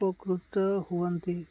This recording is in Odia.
ଉପକୃତ ହୁଅନ୍ତି